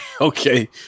Okay